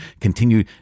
continue